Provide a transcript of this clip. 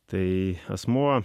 tai asmuo